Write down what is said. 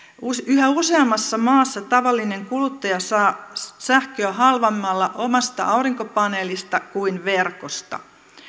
yhä useammassa maassa tavallinen kuluttaja saa sähköä halvemmalla omasta aurinkopaneelista kuin verkosta